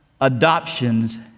adoptions